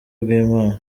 bw’imana